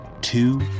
two